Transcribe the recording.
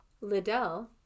liddell